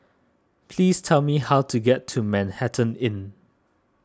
please tell me how to get to Manhattan Inn